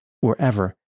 wherever